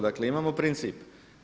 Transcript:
Dakle, imamo princip.